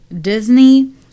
Disney